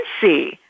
see